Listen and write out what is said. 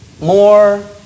more